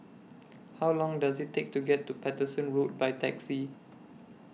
How Long Does IT Take to get to Paterson Road By Taxi